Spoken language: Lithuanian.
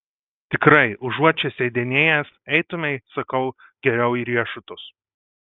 tikrai užuot čia sėdinėjęs eitumei sakau geriau į riešutus